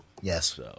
Yes